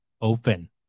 open